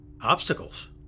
Obstacles